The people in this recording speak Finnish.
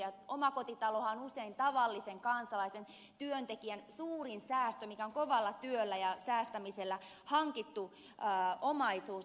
omakotitalohan on usein tavallisen kansalaisen työntekijän suurin säästö kovalla työllä työllä ja säästämisellä hankittu omaisuus